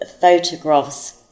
photographs